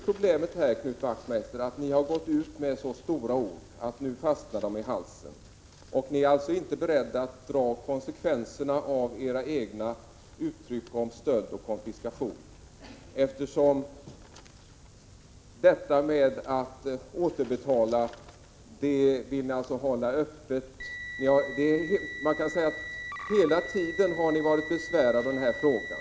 Problemet, Knut Wachtmeister, är att ni har gått ut med så stora ord att de nu fastnar i halsen. Ni är inte beredda att dra konsekvenserna av era egna uttryck om stöld och konfiskation, eftersom ni vill hålla frågan om återbetalning öppen. Man kan säga att ni hela tiden har varit besvärade av denna fråga.